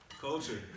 Culture